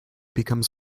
becomes